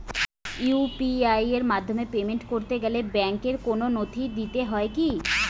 UPI এর মাধ্যমে payment করতে গেলে ব্যাংকের কোন নথি দিতে হয় কি?